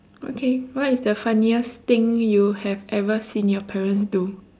okay what is the funniest thing you have ever seen your parents do